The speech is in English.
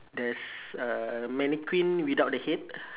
there's uh mannequin without the head